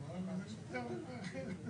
מההוראות כאן התקבלו ואנחנו רוצים לבחון אותן.